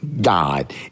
God